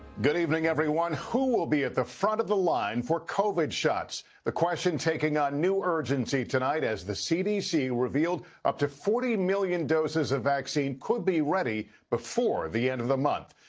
good evening, everyone. who will be at the front of the line for covid shots? the question taking on new urgency tonight as the cdc revealed up to forty million doses of vaccine could be ready before the end of the month.